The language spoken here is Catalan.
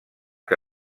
que